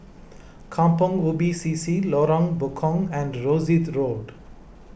Kampong Ubi C C Lorong and Rosyth Road